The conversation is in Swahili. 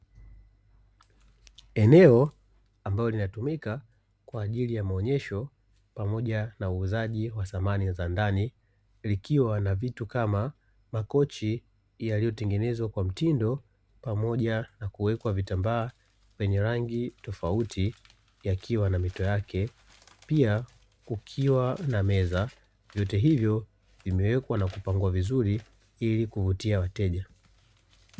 Eneo ambalo linatumika kwa ajili ya maonyesho pamoja na uuzaji wa thamani za ndani likiwa na vitu kama makochi yaliyotengenezwa kwa mtindo pamoja na kuwekwa vitambaa yenye rangi tofauti yakiwa na mito yake. Pia kukiwa na meza, vyote hivyo vimewekwa na kupangwa vizuri ili kuvutia wateja.